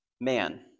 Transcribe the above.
man